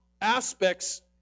aspects